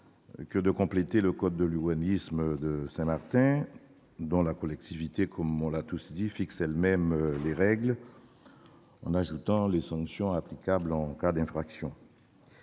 que de compléter le code de l'urbanisme de Saint-Martin, dont la collectivité fixe elle-même les règles, en y ajoutant les sanctions applicables en cas d'infraction.